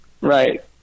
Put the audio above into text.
Right